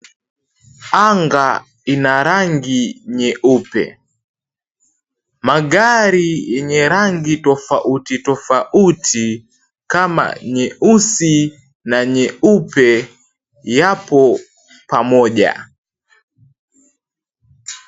Anga ina rangi nyeupe. Magari yenye rangi tofauti tofauti kama nyeusi na nyeupe yapo pamoja.